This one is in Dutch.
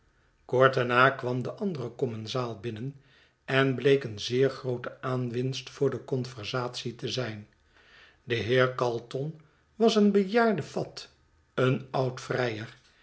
kort daarna kwam de andere commensaal binnen en bleek een zeer groote aan winst voor de conversatie te zijn de heer calton was eenbejaarde fat een oud vrijer